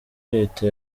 leta